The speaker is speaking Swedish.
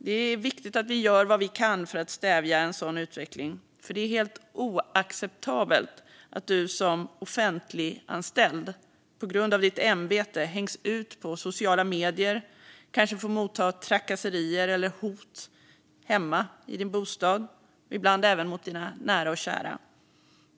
Det är viktigt att vi gör vad vi kan för att stävja en sådan utveckling, för det är helt oacceptabelt att du som offentliganställd på grund av ditt ämbete hängs ut på sociala medier och kanske får motta trakasserier eller hot hemma i din bostad och ibland även mot dina nära och kära.